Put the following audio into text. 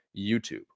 YouTube